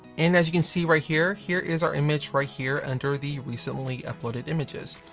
and as you can see right here, here is our image right here under the recently uploaded images.